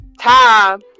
time